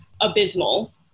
abysmal